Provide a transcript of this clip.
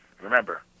Remember